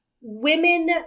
women